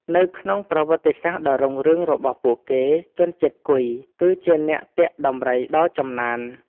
នៅក្នុងប្រវត្តិសាស្ត្រដ៏រុងរឿងរបស់ពួកគេ ជនជាតិគុយគឺជាអ្នកទាក់ដំរីដ៏ចំណាន។